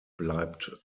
bleibt